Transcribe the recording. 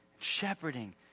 shepherding